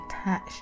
attached